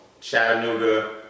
Chattanooga